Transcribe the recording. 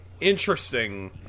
interesting